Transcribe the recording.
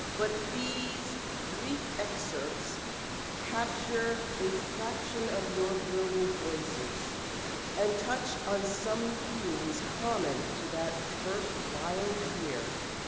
but these brief excerpts capture a fraction of your brilliant voices and touch on some themes common to that first wild year,